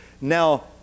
Now